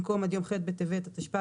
במקום "עד יום ח' בטבת התשפ"ג,